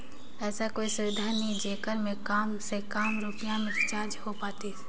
ऐसा कोई सुविधा नहीं जेकर मे काम से काम रुपिया मे रिचार्ज हो पातीस?